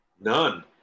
none